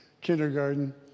Kindergarten